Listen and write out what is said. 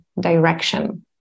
direction